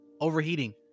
overheating